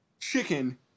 chicken